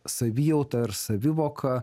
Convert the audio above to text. savijauta ir savivoka